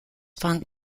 funk